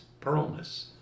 pearlness